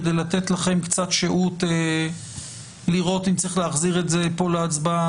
כדי לתת לכם קצת שהות לראות אם צריך להחזיר את זה כאן להצבעה,